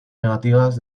negativas